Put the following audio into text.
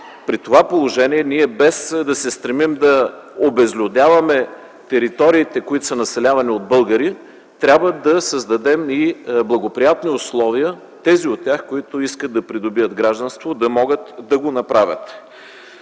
При това положение ние, без да се стремим да обезлюдяваме териториите, които са населявани от българи, трябва да създадем благоприятни условия тези от тях, които искат да придобият гражданство, да могат да го направят.